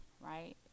right